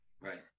Right